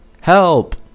Help